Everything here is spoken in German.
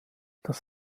das